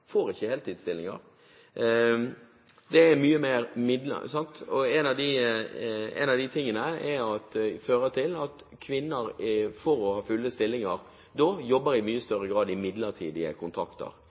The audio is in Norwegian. får ikke heltidsstillinger. Det dreier seg om mye mer midler, ikke sant? Noe av det fører til at kvinner, for å ha full stilling, i mye større grad jobber i